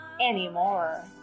anymore